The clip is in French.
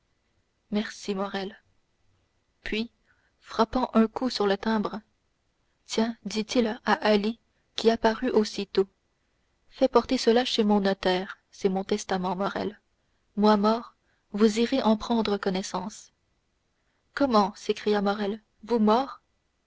merci morrel puis frappant un coup sur le timbre tiens dit-il à ali qui apparut aussitôt fais porter cela chez mon notaire c'est mon testament morrel moi mort vous irez en prendre connaissance comment s'écria morrel vous mort